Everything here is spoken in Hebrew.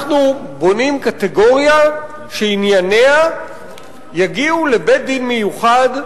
אנחנו בונים קטגוריה שענייניה יגיעו לבית-דין מיוחד,